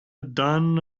done